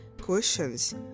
questions